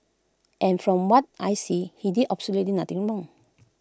and from what I see he did absolutely nothing wrong